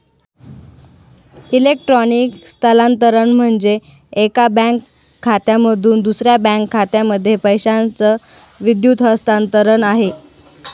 electronic स्थलांतरण म्हणजे, एका बँक खात्यामधून दुसऱ्या बँक खात्यामध्ये पैशाचं विद्युत हस्तांतरण आहे